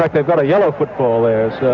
like they've got a yellow football is